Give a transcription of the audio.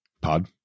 pod